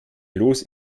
los